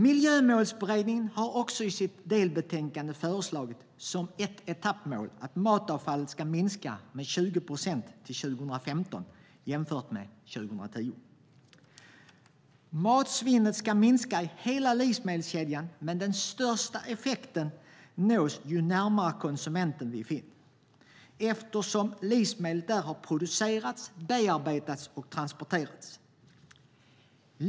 Miljömålsberedningen har i sitt delbetänkande som ett etappmål att matavfallet till år 2015 ska minska med 20 procent jämfört med år 2010. Matsvinnet ska minska i hela livsmedelskedjan, men den största effekten nås ju närmare konsumenten svinnet minskas eftersom livsmedlet där har producerats, bearbetats och transporterats.